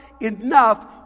enough